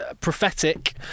prophetic